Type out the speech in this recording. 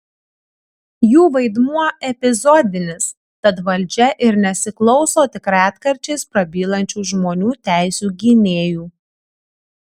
jų vaidmuo epizodinis tad valdžia ir nesiklauso tik retkarčiais prabylančių žmonių teisių gynėjų